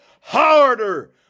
harder